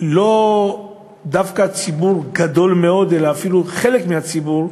לא דווקא ציבור גדול מאוד אלא אפילו חלק מהציבור,